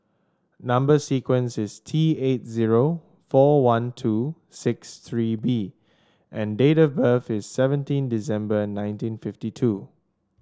number sequence is T eight zero four one two six three B and date of birth is seventeen December nineteen fifty two